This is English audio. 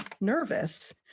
nervous